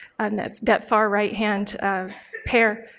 and that that far righthand um pair,